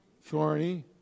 thorny